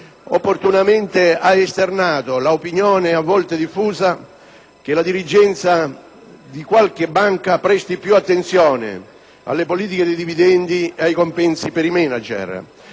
opportunamente ha esternato l'opinione, a volte diffusa, che la dirigenza di qualche banca debba prestare più attenzione alle politiche dei dividendi e ai compensi per i *manager*.